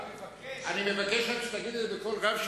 אני מבקש שתגיד את זה בקול רם,